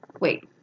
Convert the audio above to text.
wait